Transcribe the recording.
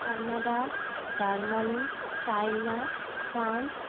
Canada Germany China France